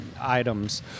items